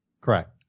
Correct